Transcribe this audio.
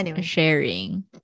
sharing